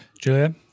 Julia